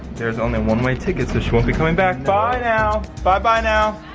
there's only a one way ticket so she won't be coming back. bye now, bye bye now.